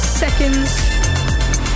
seconds